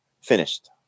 finished